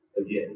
Again